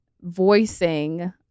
voicing